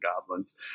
goblins